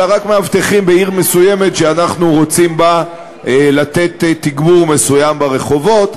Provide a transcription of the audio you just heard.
אלא רק מאבטחים בעיר מסוימת שאנחנו רוצים לתת בה תגבור מסוים ברחובות,